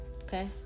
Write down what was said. okay